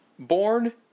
Born